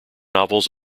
novels